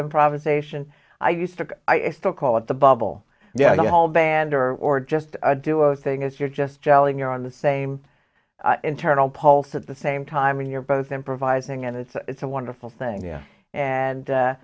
improvisation i used to i still call it the bubble yeah a whole band or or just a duo thing is you're just jelly you're on the same internal pulse at the same time and you're both improvising and it's it's a wonderful thing